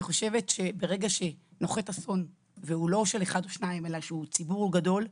אני חושבת שברגע שנוחת אסון והוא לא של אחד או שניים אלא של ציבור גדול,